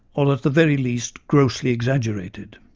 or, at the very least, grossly exaggerated.